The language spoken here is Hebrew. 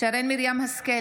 שרן מרים השכל,